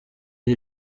ari